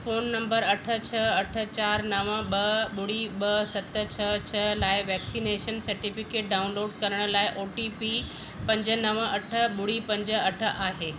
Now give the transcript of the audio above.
phone नंबरु अठ छह अठ चारि नव ॿ ॿुड़ी ॿ सत छह छह लाइ वैक्सनेशन सर्टिफ़िकेटु डाउनलोडु करणु लाइ ओ टी पी पंज नव अठ ॿुड़ी पंज अठ आहे